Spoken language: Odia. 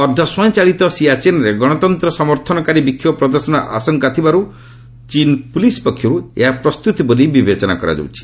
ଅର୍ଦ୍ଧସ୍ୱୟଂଚାଳିତ ସିଆଚେନ୍ରେ ଗଣତନ୍ତ୍ର ସମର୍ଥନକାରୀ ବିକ୍ଷୋଭ ପ୍ରଦର୍ଶନର ଆଶଙ୍କା ଥିବାରୁ ଚୀନ୍ ପୁଲିସ୍ ପକ୍ଷରୁ ଏହା ପ୍ରସ୍ତୁତି ବୋଲି ବିବେଚନା କରାଯାଉଛି